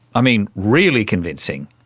i mean, really convincing.